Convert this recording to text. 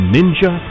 Ninja